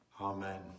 Amen